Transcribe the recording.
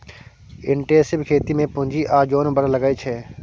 intensive खेती मे पुंजी आ जोन बड़ लगै छै